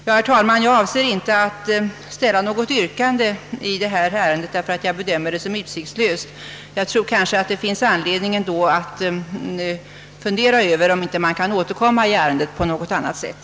Herr talman! Jag avser inte att ställa något yrkande, eftersom jag bedömer det som utsiktslöst. Jag tror ändå att det finns anledning att fundera över om man inte kan återkomma i ärendet på något annat sätt.